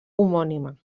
homònima